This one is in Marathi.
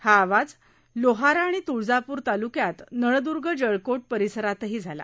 हा आवाज लोहारा आणि त्ळजापूर तालुक्यात नळद्र्ग जळकोट परिसरातही झाला